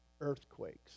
earthquakes